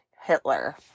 Hitler